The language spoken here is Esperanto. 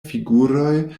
figuroj